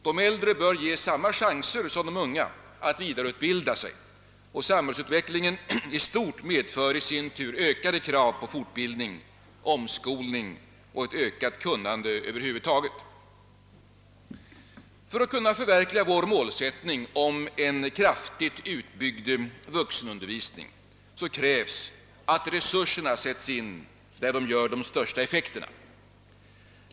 De äldre bör ges samma chanser som de unga att vidareutbilda sig. Samhällsutvecklingen i stort medför också växande krav på fortbildning, omskolning och ökat kunnande över huvud taget. För att vår målsättning för en kraftigt utbyggd vuxenundervisning skall kunna förverkligas fordras att resurserna sätts in där de gör den största effekten.